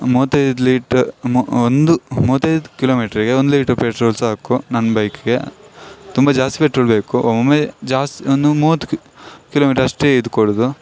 ಮೂವತೈದು litre ಒಂದು ಮೂವತೈದು ಕಿಲೋಮೀಟ್ರಿಗೆ ಒಂದು ಲೀಟ್ರ್ ಪೆಟ್ರೋಲ್ ಸಾಕು ನನ್ನ ಬೈಕಿಗೆ ತುಂಬ ಜಾಸ್ತಿ ಪೆಟ್ರೋಲ್ ಬೇಕು ಒಮ್ಮೆ ಜಾಸ್ತಿ ಒಂದು ಮೂವತ್ತು ಕಿ ಕಿಲೋಮೀಟ್ರಷ್ಟೇ ಇದು ಕೊಡೋದು